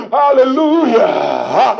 hallelujah